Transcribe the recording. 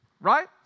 Right